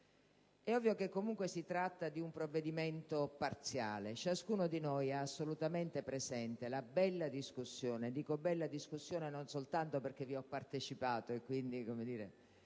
È ovvio che comunque si tratta di un provvedimento parziale. Ciascuno di noi ha assolutamente presente la bella discussione svoltasi tra i colleghi (dico bella non soltanto perché vi ho partecipato e quindi la ricordo